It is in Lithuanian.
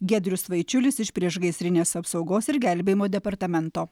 giedrius vaičiulis iš priešgaisrinės apsaugos ir gelbėjimo departamento